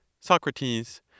Socrates